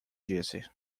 disse